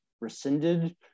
rescinded